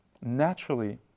naturally